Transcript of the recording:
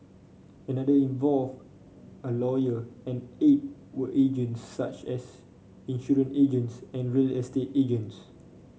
another involved a lawyer and eight were agents such as insurance agents and real estate agents